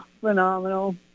phenomenal